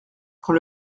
quand